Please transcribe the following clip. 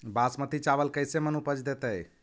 बासमती चावल कैसे मन उपज देतै?